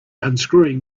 unscrewing